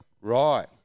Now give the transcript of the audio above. Right